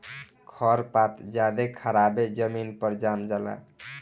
खर पात ज्यादे खराबे जमीन पर जाम जला